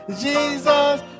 Jesus